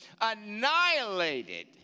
annihilated